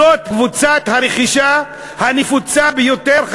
זאת קבוצת הרכישה הנפוצה ביותר,